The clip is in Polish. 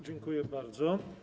Dziękuję bardzo.